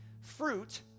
Fruit